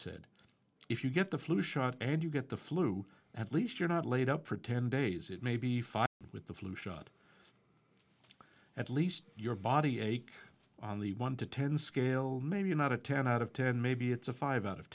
said if you get the flu shot and you get the flu at least you're not laid up for ten days it may be five with the flu shot at least your body ache on the one to ten scale maybe not a ten out of ten maybe it's a five out of